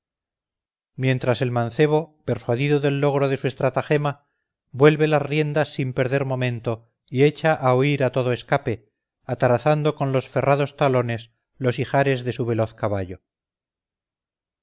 mientras el mancebo persuadido del logro de su estratagema vuelve las riendas sin perder momento y echa a huir a todo escape atarazando con los ferrados talones los ijares de su veloz caballo